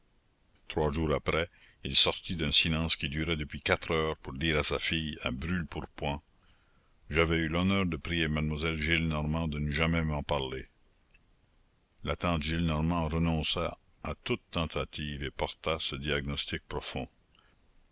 trois jours après il sortit d'un silence qui durait depuis quatre heures pour dire à sa fille à brûle-pourpoint j'avais eu l'honneur de prier mademoiselle gillenormand de ne jamais m'en parler la tante gillenormand renonça à toute tentative et porta ce diagnostic profond